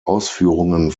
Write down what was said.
ausführungen